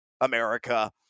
America